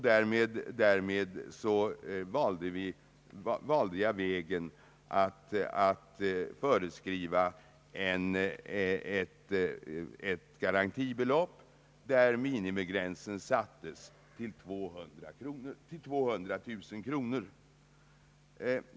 Därmed valde jag vägen att föreskriva ett garantibelopp, för vilket minimigränsen sattes till 200 000 kronor.